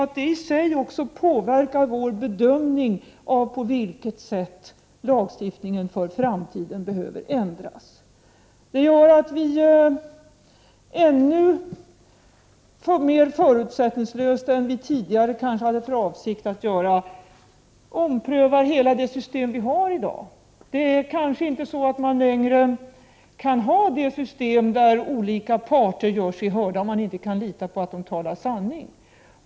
Detta påverkar i sin tur vår bedömning av på vilket sätt lagstiftningen behöver ändras i framtiden. Det gör att vi, kanske ännu mer förutsättningslöst än vi tidigare hade för avsikt att göra, omprövar hela det system vi har i dag. Man kanske inte längre kan ha ett system där olika parter gör sig hörda, om man inte kan lita på att de talar sanning.